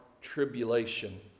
tribulation